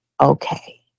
okay